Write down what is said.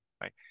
right